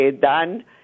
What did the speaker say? done